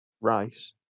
Rice